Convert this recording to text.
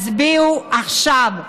הצביעו עכשיו.